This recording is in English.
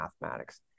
mathematics